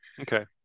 Okay